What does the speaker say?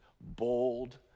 bold